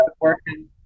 working